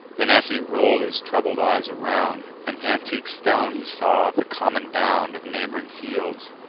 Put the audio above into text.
then, as he roll'd his troubled eyes around, an antique stone he saw, the common bound of neighb'ring fields,